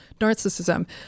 narcissism